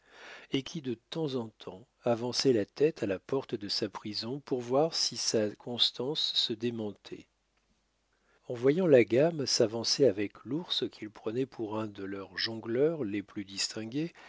et qui de temps en temps avançaient la tête à la porte de sa prison pour voir si sa constance se démentait en voyant la gamme s'avancer avec l'ours qu'ils prenaient pour un de leurs jongleurs les plus distingués